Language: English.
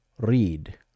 read